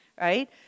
Right